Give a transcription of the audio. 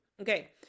Okay